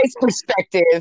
perspective